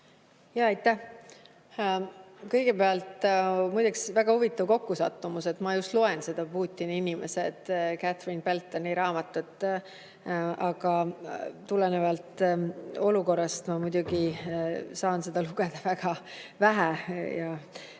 Aitäh! Kõigepealt on väga huvitav kokkusattumus, et ma just loen seda "Putini inimesi", Catherine Beltoni raamatut. Tulenevalt olukorrast ma muidugi saan seda lugeda väga vähe, loen